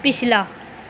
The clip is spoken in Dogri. पिछला